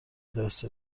دست